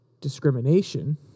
discrimination